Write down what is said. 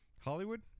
Hollywood